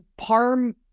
Parm